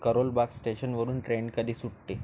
करोलबाग स्टेशनवरून ट्रेण कधी सुटते